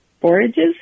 forages